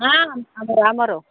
ହଁ ଆମର ଆମର